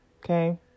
Okay